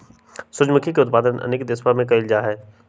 सूर्यमुखी के उत्पादन अनेक देशवन में कइल जाहई